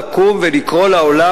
לקום ולקרוא לעולם,